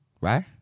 Right